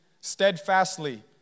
steadfastly